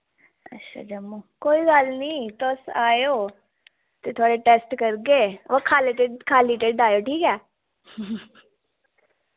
अच्छा जम्मू कोई गल्ल नी तुस आयो ते थुआढ़े टैस्ट करगे और खाल्ली खाल्ली ढिड्ड आयो ठीक ऐ